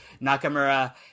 Nakamura